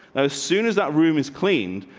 ah as soon as that room is cleaned,